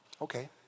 Okay